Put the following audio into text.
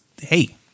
hey